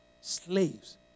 slaves